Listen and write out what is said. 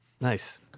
Nice